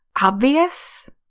obvious